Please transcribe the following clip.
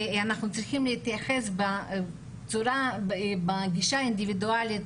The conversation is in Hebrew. ואנחנו צריכים להתייחס בגישה אינדיבידואלית